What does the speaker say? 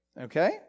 okay